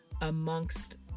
amongst